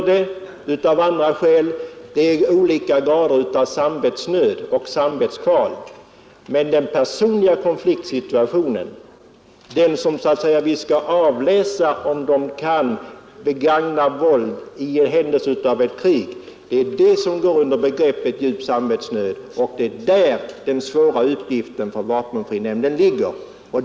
Det är andra skäl vi tar hänsyn till, men den personliga konfliktsituationen, den som vi så att säga skall avläsa när det gäller att avgöra om man kan begagna våld i händelse av ett krig, det är den som går under begreppet ”djup samvetsnöd”, och det är där den svåra uppgiften för vapenfrinämnden ligger.